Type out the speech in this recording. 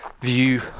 view